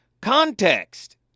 context